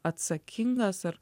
atsakingas ar